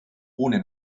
ohne